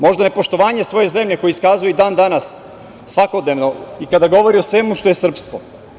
Možda nepoštovanje svoje zemlje koje iskazuje i dan danas, svakodnevno, i kada govori o svemu što je srpsko.